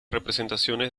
representaciones